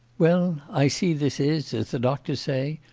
well, i see this is, as the doctors say,